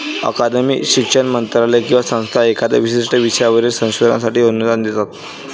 अकादमी, शिक्षण मंत्रालय किंवा संस्था एखाद्या विशिष्ट विषयावरील संशोधनासाठी अनुदान देतात